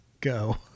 go